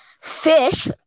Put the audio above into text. fish